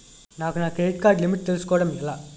నాకు నా credit card limit తెలుసుకోవడం ఎలా?